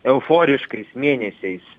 euforiškais mėnesiais